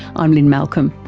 i'm lynne malcolm.